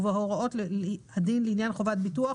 ובהוראות הדין לעניין חובת ביטוח,